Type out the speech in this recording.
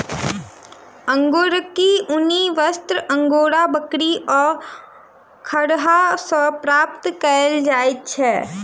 अंगोराक ऊनी वस्त्र अंगोरा बकरी आ खरहा सॅ प्राप्त कयल जाइत अछि